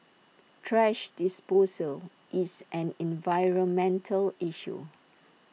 thrash disposal is an environmental issue